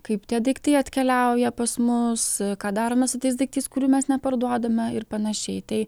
kaip tie daiktai atkeliauja pas mus ką darome su tais daiktais kurių mes neparduodame ir panašiai tai